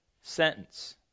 sentence